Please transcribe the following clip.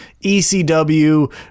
ecw